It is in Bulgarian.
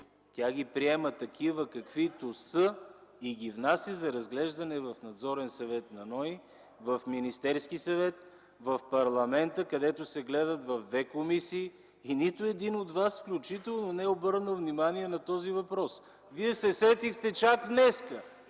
Тя ги приема такива, каквито са и ги внася за разглеждане в Надзорния съвет на НОИ, в Министерския съвет, в парламента, където се гледат в две комисии и нито един от вас не е обърнал внимание на този въпрос. ХАСАН АДЕМОВ (ДПС,